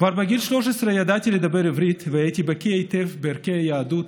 כבר בגיל 13 ידעתי לדבר עברית והייתי בקיא היטב בערכי היהדות,